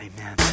amen